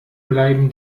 bleiben